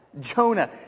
Jonah